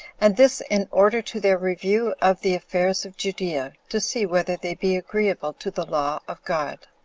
and this in order to their review of the affairs of judea, to see whether they be agreeable to the law of god.